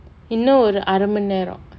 இன்னும் ஒரு அர மணி நேரம்:innum oru ara mani neram